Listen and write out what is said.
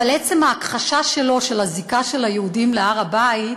אבל עצם ההכחשה שלו את הזיקה של היהודים להר-הבית,